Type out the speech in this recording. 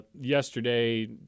yesterday